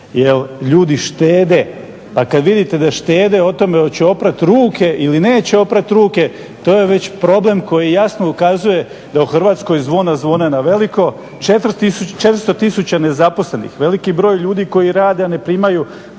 jer ljudi štede. Pa kada vidite da štede o tome hoće li oprati ruke ili neće oprati ruke to je već problem koji jasno ukazuje da u Hrvatskoj zvona zvone na velike. 400 tisuća nezaposlenih, veliki broj koji rade a ne primaju